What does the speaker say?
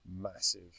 massive